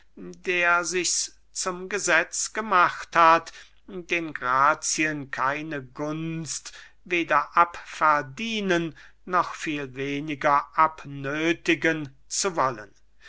der sichs zum gesetz gemacht hat den grazien keine gunst weder abverdienen noch viel weniger abnöthigen zu wollen